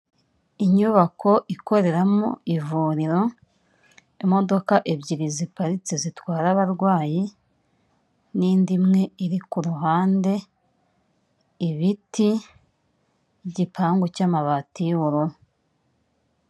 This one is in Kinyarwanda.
Inyubako ikoreramo ivuriro imodoka ebyiri ziparitse zitwara abarwayi n'indi imwe iri ku ruhande ibiti igipangu cy'amabati y'ubururu.